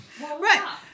Right